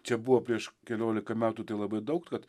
čia buvo prieš keliolika metų tai labai daug kad